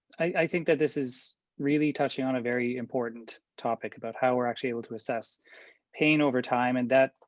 i think that this is really touching on a very important topic about how we're actually able to assess pain over time and that,